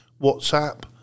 WhatsApp